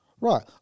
Right